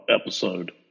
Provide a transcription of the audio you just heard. episode